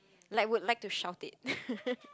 like would like to shout it